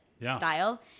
style